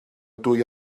dwy